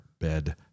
bed